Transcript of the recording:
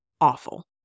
awful